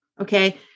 okay